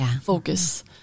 focus